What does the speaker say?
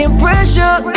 pressure